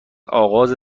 اغاز